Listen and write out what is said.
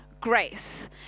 grace